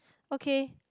okay